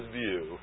view